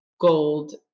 gold